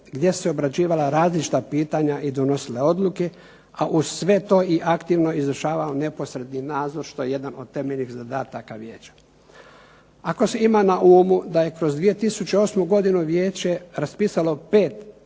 gdje su se obrađivala različita pitanja i donosile odluke a uz sve to i aktivno izvršavao neposredni nadzor što je jedan od temeljnih zadataka vijeća. Ako se ima na umu da je kroz 2008. godinu Vijeće raspisalo 5